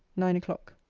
nine o'clock.